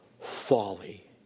folly